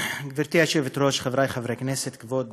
גברתי היושבת-ראש, חברי חברי הכנסת, כבוד